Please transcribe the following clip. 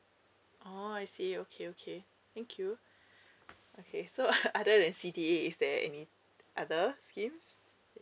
oh I see okay okay thank you okay so other than C_D_A is there any other scheme